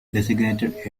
designated